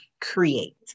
create